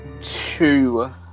Two